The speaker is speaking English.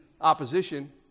opposition